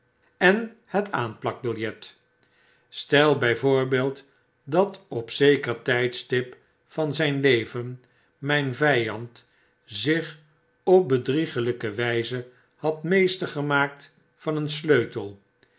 en het aanplakbiljet stel by voorbeeld dat op zeker tydstip van zyn leven myn vyand zich op bedriegelyke wyze had meester gemaakt van een sleutel